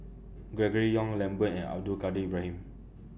Gregory Yong Lambert and Abdul Kadir Ibrahim